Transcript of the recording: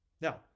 Now